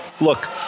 look